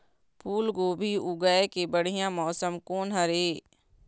फूलगोभी उगाए के बढ़िया मौसम कोन हर ये?